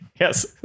Yes